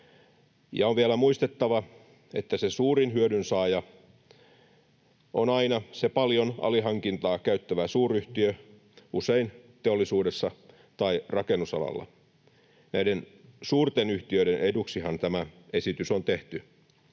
On vielä muistettava, että se suurin hyödynsaaja on aina se paljon alihankintaa käyttävä suuryhtiö — usein teollisuudessa tai rakennusalalla. Näiden suurten yhtiöiden eduksihan tämä esitys on tehty.